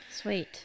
Sweet